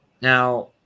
Now